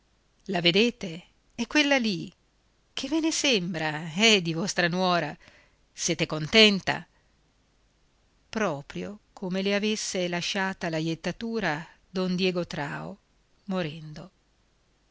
la vedete è quella lì che ve ne sembra eh di vostra nuora siete contenta proprio come le avesse lasciata la jettatura don diego trao morendo